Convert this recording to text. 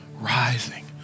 rising